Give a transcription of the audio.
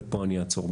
ופה אני אעצור,